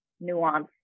nuance